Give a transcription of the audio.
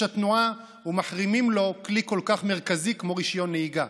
התנועה ומחרימים לו כלי כל כך מרכזי כמו רישיון נהיגה.